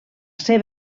ser